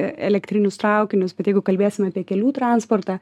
elektrinius traukinius bet jeigu kalbėsim apie kelių transportą